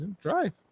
Drive